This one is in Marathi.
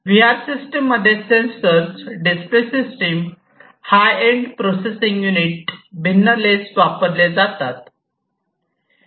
व्ही आर सिस्टम मध्ये sensor display system high end processing unit भिन्न लेन्स वापरले जातात